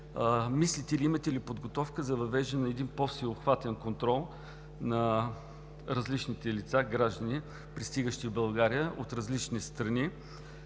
Мислите ли и имате ли подготовка за въвеждане на един все по обхватен контрол на различните лица – граждани, пристигащи в България от различни страни,